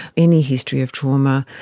any history of trauma,